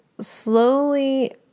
slowly